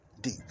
Deep